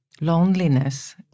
loneliness